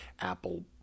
Apple